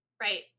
Right